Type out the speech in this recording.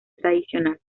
tradicional